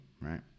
right